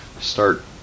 start